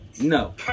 No